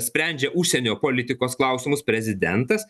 sprendžia užsienio politikos klausimus prezidentas